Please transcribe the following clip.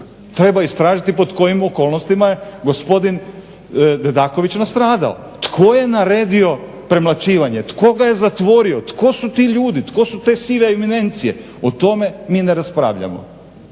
treba istražiti pod kojim okolnostima je gospodin Dedaković nastradao. Tko je naredio premlaćivanje, tko ga je zatvorio, tko su ti ljudi, tko su te sive eminencije. O tome mi ne raspravljamo.